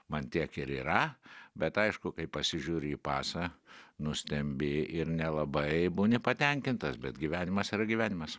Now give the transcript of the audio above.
man tiek ir yra bet aišku kai pasižiūri į pasą nustembi ir nelabai būni patenkintas bet gyvenimas yra gyvenimas